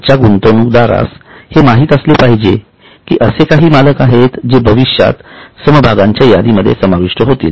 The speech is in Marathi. आजच्या गुंतवणूकदारास हे माहित असले पाहिजे की असे काही मालक आहेत जे भविष्यात समभागांच्या यादीमध्ये समाविष्ट होतील